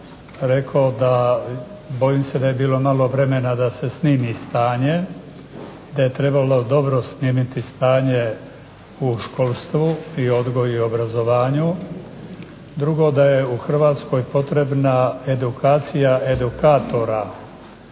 se da je bilo malo vremena da se snimi stanje i da je trebalo dobro snimiti stanje u školstvu i odgoju i obrazovanju. Drugo, da je u Hrvatskoj potrebna edukacija edukatora.